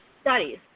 studies